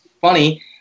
funny